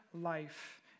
life